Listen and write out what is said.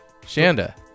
Shanda